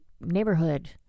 neighborhood